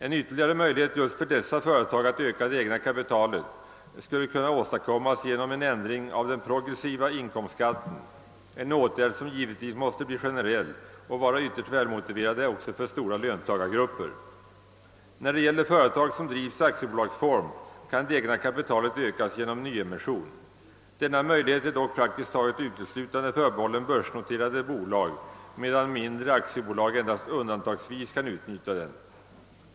En ytterligare möjlighet för dessa företag att öka det egna kapitalet skulle kunna åstadkommas genom en ändring av den progressiva inkomstskatten, en åtgärd som givetvis måste bli generell och vara ytterst välmotiverad också för stora löntagargrupper. När det gäller företag som drivs i aktiebolagsform kan det egna kapitalet ökas genom nyemission. Denna möjlighet är dock praktiskt taget uteslutande förbehållen börsnoterade bolag, medan mindre aktiebolag endast undantagsvis kan utnyttja den.